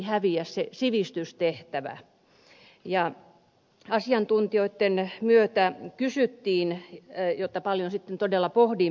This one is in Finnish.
asiantuntijoitten kanssa kysyttiin muun muassa sitä kysymystä jota paljon sitten todella pohdin